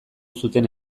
zuten